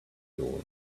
door